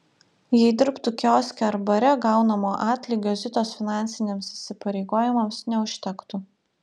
jei dirbtų kioske ar bare gaunamo atlygio zitos finansiniams įsipareigojimams neužtektų